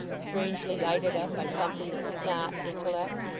strangely lighted up by something that was not intellect.